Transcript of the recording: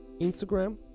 Instagram